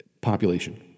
population